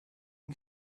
and